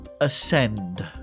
Ascend